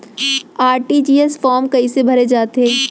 RTGS form कइसे भरे जाथे?